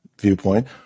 viewpoint